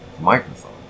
microphone